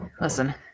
listen